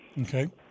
Okay